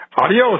Adios